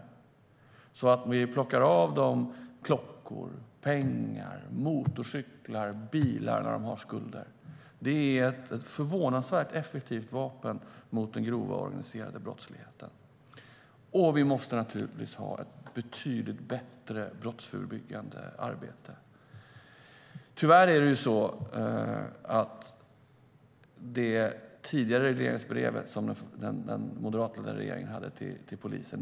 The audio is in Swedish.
När de har skulder ska vi plocka av dem klockor, pengar, motorcyklar och bilar. Det är ett förvånansvärt effektivt vapen mot den grova organiserade brottsligheten. Och vi måste naturligtvis utöva ett betydligt bättre brottsförebyggande arbete. Tyvärr imponerade inte den tidigare moderatledda regeringens regleringsbrev till polisen.